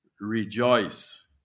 rejoice